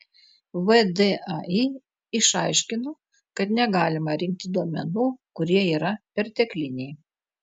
vdai išaiškino kad negalima rinkti duomenų kurie yra pertekliniai